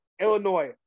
Illinois